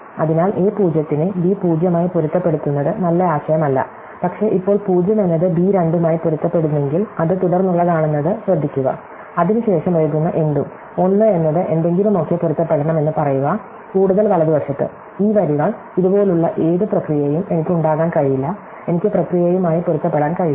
അതിനാൽ a 0 നെ b 0 ആയി പൊരുത്തപ്പെടുത്തുന്നത് നല്ല ആശയമല്ല പക്ഷേ ഇപ്പോൾ 0 എന്നത് b 2 മായി പൊരുത്തപ്പെടുന്നെങ്കിൽ അത് തുടർന്നുള്ളതാണെന്നത് ശ്രദ്ധിക്കുക അതിനുശേഷം എഴുതുന്ന എന്തും 1 എന്നത് എന്തെങ്കിലുമൊക്കെ പൊരുത്തപ്പെടണം എന്ന് പറയുക കൂടുതൽ വലതുവശത്ത് ഈ വരികൾ ഇതുപോലുള്ള ഏത് പ്രക്രിയയും എനിക്ക് ഉണ്ടാകാൻ കഴിയില്ല എനിക്ക് പ്രക്രിയയുമായി പൊരുത്തപ്പെടാൻ കഴിയില്ല